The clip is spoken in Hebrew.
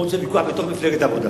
הוויכוח בתוך מפלגת העבודה